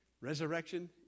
resurrection